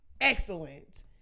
excellent